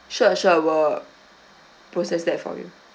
sure sure will process that for you